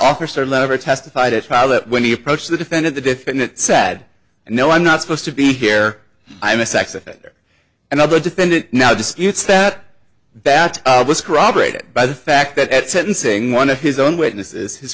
officer lever testified at trial that when he approached the defendant the defendant sad and no i'm not supposed to be here i'm a sex offender and other defendant now disputes that batch was corroborated by the fact that at sentencing one of his own witnesses his